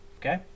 okay